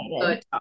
good